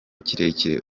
kirekire